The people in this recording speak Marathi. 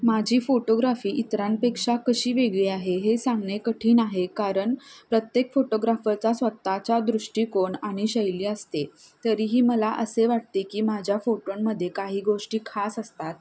माझी फोटोग्राफी इतरांपेक्षा कशी वेगळी आहे हे सांगणे कठीण आहे कारण प्रत्येक फोटोग्राफरचा स्वतःच्या दृष्टिकोन आणि शैली असते तरीही मला असे वाटते की माझ्या फोटोंमध्ये काही गोष्टी खास असतात